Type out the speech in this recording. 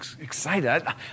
excited